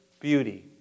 beauty